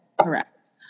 Correct